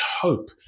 hope